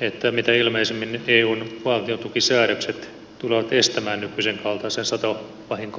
että mitä ilmeisimmin eun valtiontukisäädökset tulevat estämään kysyä onko se sattuu vahinko